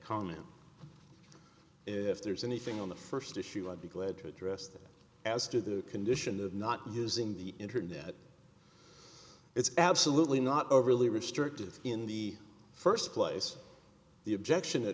comment if there's anything on the first issue i'd be glad to address them as to the condition of not using the internet it's absolutely not overly restrictive in the first place the objection